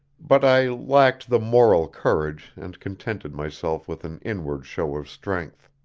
but i lacked the moral courage and contented myself with an inward show of strength.